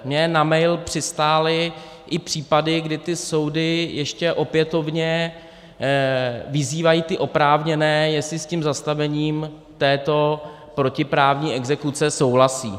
Mně na mail přistály i případy, kdy soudy ještě opětovně vyzývají ty oprávněné, jestli s tím zastavením této protiprávní exekuce souhlasí.